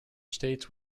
states